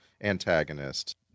antagonist